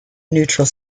neutral